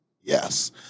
Yes